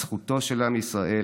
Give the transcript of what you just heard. על זכותו של עם ישראל